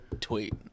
tweet